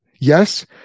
Yes